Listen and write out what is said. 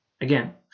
Again